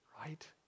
Right